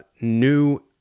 New